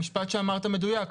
המשפט שאמרת מדויק,